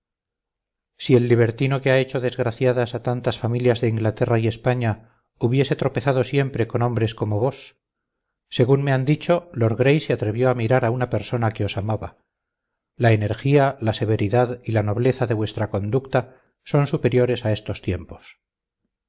si el libertino que ha hecho desgraciadas a tantas familias de inglaterra y españa hubiese tropezado siempre con hombres como vos según me han dicho lord gray se atrevió a mirar a una persona que os amaba la energía la severidad y la nobleza de vuestra conducta son superiores a estos tiempos